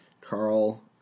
Carl